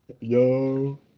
Yo